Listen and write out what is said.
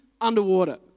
underwater